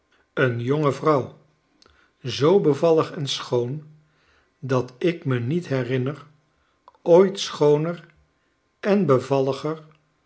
een jonge vrouw zoo bevallig en schoon dat ik me niet herinner ooit schooner en bevalliger